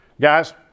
Guys